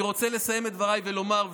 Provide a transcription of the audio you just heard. אני רוצה לסיים את דבריי ולומר,